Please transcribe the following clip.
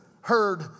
heard